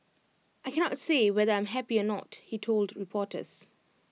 I cannot say whether I'm happy or not he told reporters